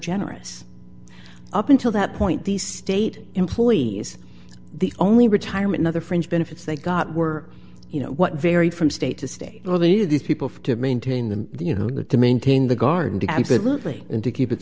generous up until that point the state employees the only retirement other fringe benefits they got were you know what vary from state to state or these people to maintain them you know good to maintain the garden to absolutely and to keep it